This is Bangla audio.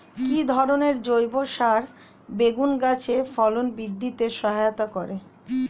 কি ধরনের জৈব সার বেগুন গাছে ফলন বৃদ্ধিতে সহায়তা করে?